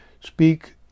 Speak